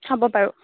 হ'ব বাৰু